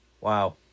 Wow